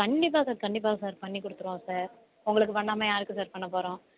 கண்டிப்பாக சார் கண்டிப்பாக சார் பண்ணிக் கொடுத்துருவோம் சார் உங்களுக்கு பண்ணாமல் யாருக்கு சார் பண்ணப் போகறோம்